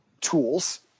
tools